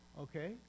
Okay